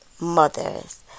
mothers